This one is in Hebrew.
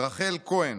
רחל כהן,